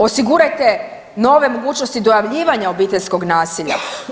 Osigurajte nove mogućnosti dojavljivanja obiteljskog nasilja.